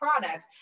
products